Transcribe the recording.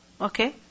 Okay